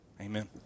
Amen